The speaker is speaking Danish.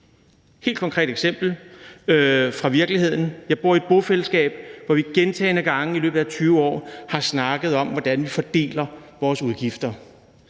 helt konkret eksempel fra virkeligheden: Jeg bor i et bofællesskab, hvor vi gentagne gange igennem 20 år har snakket om, hvordan vi fordeler vores udgifter.